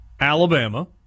Alabama